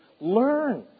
Learn